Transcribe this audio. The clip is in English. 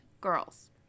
girls